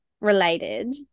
related